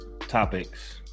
topics